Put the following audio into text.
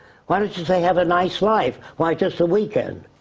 why don't you say have a nice life. why just the weekend?